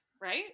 right